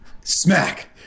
smack